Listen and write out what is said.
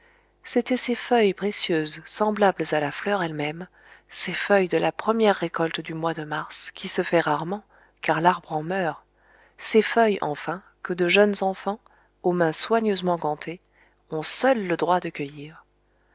c'étaient ces feuilles précieuses semblables à la fleur elle-même ces feuilles de la première récolte du mois de mars qui se fait rarement car l'arbre en meurt ces feuilles enfin que de jeunes enfants aux mains soigneusement gantées ont seuls le droit de cueillir